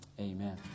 Amen